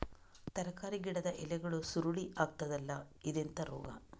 ತರಕಾರಿ ಗಿಡದ ಎಲೆಗಳು ಸುರುಳಿ ಆಗ್ತದಲ್ಲ, ಇದೆಂತ ರೋಗ?